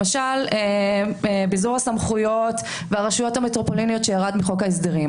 למשל ביזור הסמכויות והרשויות המטרופוליניות שירד מחוק ההסדרים,